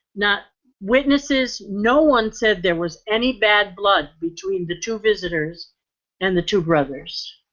not witnesses. no one said there was any bad blood between the two visitors and the two brothers.